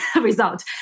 result